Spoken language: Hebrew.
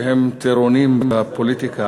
שהם טירונים בפוליטיקה.